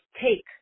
take